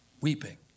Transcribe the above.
weeping